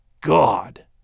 God